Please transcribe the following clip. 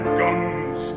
guns